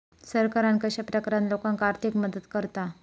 सरकार कश्या प्रकारान लोकांक आर्थिक मदत करता?